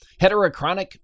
Heterochronic